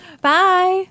Bye